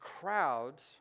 crowds